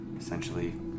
essentially